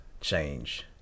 change